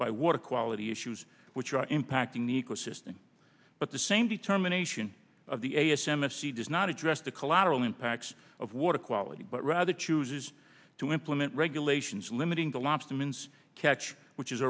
by water quality issues which are impacting the ecosystem but the same determination of the a s m s c does not address the collateral impacts of water quality but rather chooses to implement regulations limiting the lobster means catch which is